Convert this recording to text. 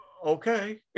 okay